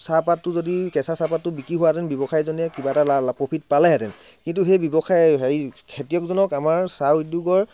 চাহপাতটো যদি কেঁচা চাহপাতটো বিক্ৰী হোৱাহেঁতেন ব্যৱসায়ীজনে কিবা এটা লাভ প্ৰ'ফিট পালেহেঁতেন কিন্তু সেই ব্যৱসায়ী হেৰি খেতিয়কজনক আমাৰ চাহ উদ্যোগৰ